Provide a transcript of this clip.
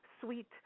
sweet